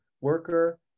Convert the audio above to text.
worker